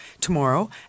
tomorrow